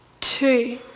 Two